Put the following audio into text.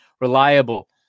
reliable